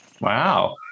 wow